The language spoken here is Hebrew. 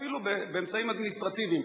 אפילו באמצעים אדמיניסטרטיביים,